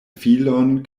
filon